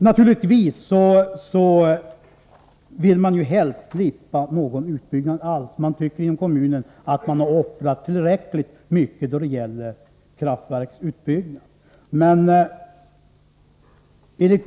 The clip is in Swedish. Naturligtvis vill man inom kommunen helst inte ha någon utbyggnad alls. Man tycker att man offrat tillräckligt då det gäller kraftverksutbyggnad.